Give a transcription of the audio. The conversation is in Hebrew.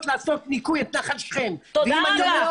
לעשות ניקוי של נחל שכם --- תודה רבה.